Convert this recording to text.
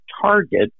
target